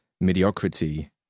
Mediocrity